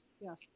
yes